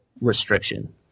restriction